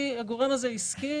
הגורם הזה עסקי.